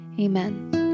Amen